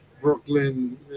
Brooklyn